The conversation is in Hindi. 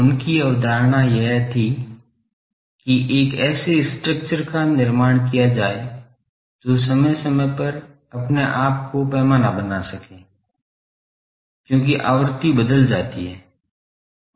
उनकी अवधारणा यह थी कि एक ऐसी स्ट्रक्चर का निर्माण किया जाए जो समय समय पर अपने आप को पैमाना बना सके क्योंकि आवृत्ति बदल जाती है